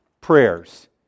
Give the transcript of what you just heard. prayers